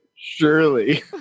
Surely